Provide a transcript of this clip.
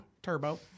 Turbo